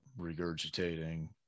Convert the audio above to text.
regurgitating